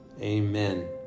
amen